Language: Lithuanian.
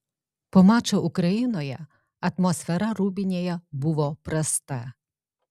po mačo ukrainoje atmosfera rūbinėje buvo prasta